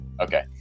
Okay